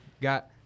Got